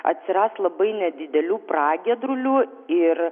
atsiras labai nedidelių pragiedrulių ir